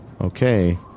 Okay